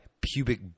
pubic